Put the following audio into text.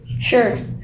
sure